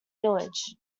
village